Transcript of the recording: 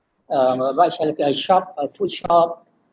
uh what shall do I shop uh food shop